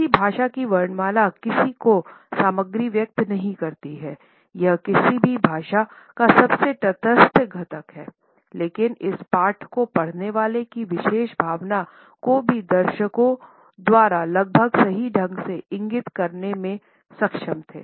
किसी भाषा की वर्णमाला किसी को सामग्री व्यक्त नहीं करती है यह किसी भी भाषा का सबसे तटस्थ घटक है लेकिन इस पाठ को पढ़ने वाले की विशेष भावना को भी दर्शकों लगभग सही ढंग से इंगित करने में सक्षम थे